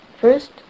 first